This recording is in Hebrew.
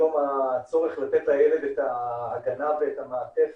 היום הצורך לתת לילד את ההגנה והמעטפת